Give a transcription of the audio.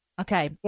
Okay